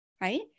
Right